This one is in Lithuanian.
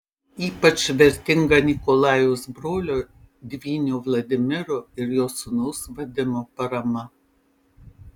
ypač vertinga nikolajaus brolio dvynio vladimiro ir jo sūnaus vadimo parama